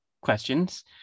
questions